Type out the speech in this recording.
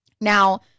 Now